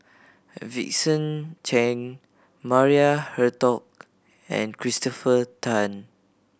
Vincent Cheng Maria Hertogh and Christopher Tan